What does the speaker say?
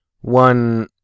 one